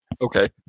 okay